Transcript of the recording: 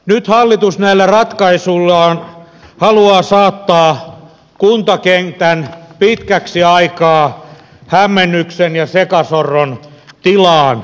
nyt hallitus näillä ratkaisuillaan haluaa saattaa kuntakentän pitkäksi aikaa hämmennyksen ja sekasorron tilaan